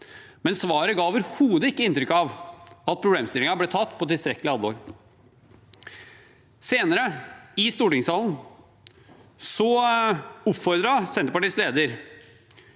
men svaret ga overhodet ikke inntrykk av at problemstillingen ble tatt på tilstrekkelig alvor. Senere, i stortingssalen, oppfordret Senterpartiets leder